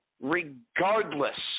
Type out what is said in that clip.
regardless